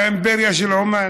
האימפריה של עומאן.